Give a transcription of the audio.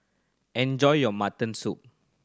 enjoy your mutton soup